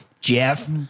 jeff